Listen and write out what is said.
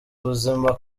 ubuzima